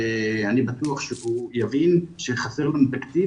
אני בטוח שהוא יבין שחסר לנו תקציב,